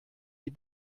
die